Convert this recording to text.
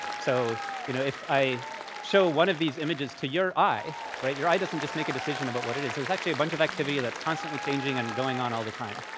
so you know if i show one of these images to your eye, your eye doesn't just make a decision about what it is. there's actually a bunch of activity that's constantly changing and going on all the time.